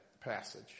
passage